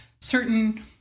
certain